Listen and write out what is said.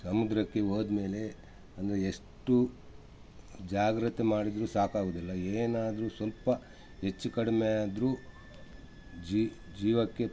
ಸಮುದ್ರಕ್ಕೆ ಹೋದ ಮೇಲೆ ಅಂದರೆ ಎಷ್ಟು ಜಾಗ್ರತೆ ಮಾಡಿದರೂ ಸಾಕಾಗುವುದಿಲ್ಲ ಏನಾದ್ರೂ ಸ್ವಲ್ಪ ಹೆಚ್ಚು ಕಡಿಮೆ ಆದರೂ ಜಿ ಜೀವಕ್ಕೆ